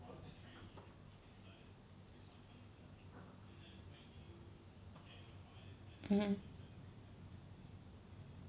mmhmm